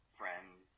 friends